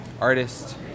artist